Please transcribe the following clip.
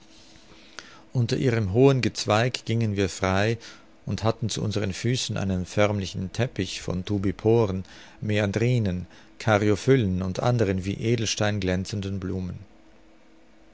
unter ihrem hohen gezweig gingen wir frei und hatten zu unseren füßen einen förmlichen teppich von tubiporen meandrinen caryophyllen und anderen wie edelstein glänzenden blumen